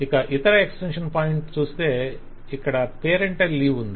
ఇక ఇతర extension point చూస్తే ఇక్కడ పేరెంటల్ లీవు ఉంది